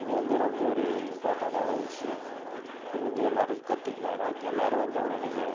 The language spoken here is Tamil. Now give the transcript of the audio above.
இது வந்து ரொம்ப ஒரு இம்பார்ட்டன்ட்டான விஷயோம் இது வந்து எல்லோரும் கற்றுக்குனா தான் எல்லோரும் வந்து அவங்களோடய